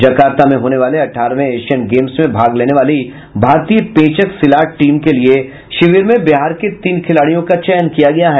Jakarta में होने वाले अठारहवें एशियन गेम्स में भाग लेने वाली भारतीय पेंचक सिलाट टीम के लिये शिविर में बिहार के तीन खिलाड़ियों का चयन किया गया है